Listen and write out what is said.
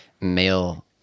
male